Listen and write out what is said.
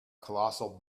colossal